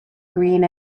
green